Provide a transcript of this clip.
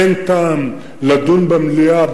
אין טעם לדון במליאה,